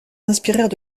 inspirèrent